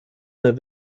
der